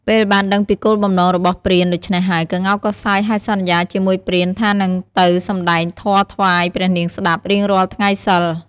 ពេលបានដឹងពីគោលបំណងរបស់ព្រានដូច្នេះហើយក្ងោកក៏សើចហើយសន្យាជាមួយព្រានថានឹងទៅសម្ដែងធម៌ថ្វាយព្រះនាងស្ដាប់រៀងរាល់ថ្ងៃសីល។